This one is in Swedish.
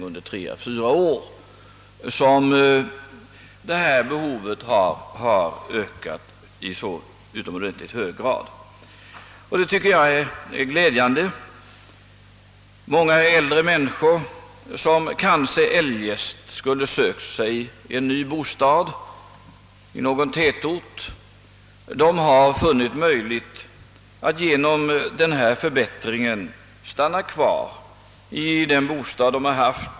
Under tre å fyra år har detta behov ökat i så utomordentligt hög grad, och det tycker jag är glädjande. Många äldre människor, som kanske eljest skulle ha sökt sig en ny bostad i någon tätort, har genom denna förbättring funnit det möjligt att stanna kvar i den bostad de har.